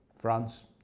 France